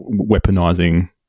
weaponizing